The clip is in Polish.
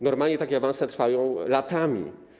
Normalnie takie awanse trwają latami.